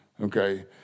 okay